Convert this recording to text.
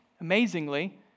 Amazingly